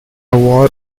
war